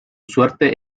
suerte